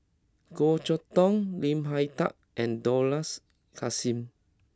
Goh Chok Tong Lim Hak Tai and Dollah Kassim